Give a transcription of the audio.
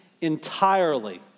entirely